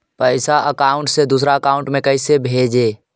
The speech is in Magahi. पैसा अकाउंट से दूसरा अकाउंट में कैसे भेजे?